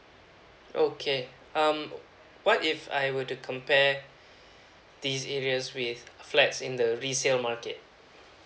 okay um what if I were to compare these areas with flats in the resale market